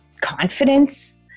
confidence